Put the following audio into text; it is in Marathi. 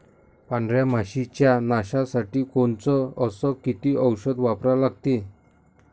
पांढऱ्या माशी च्या नाशा साठी कोनचं अस किती औषध वापरा लागते?